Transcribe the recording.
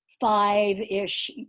five-ish